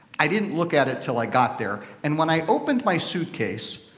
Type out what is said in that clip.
i didn't look at it till i got there, and when i opened my suitcase,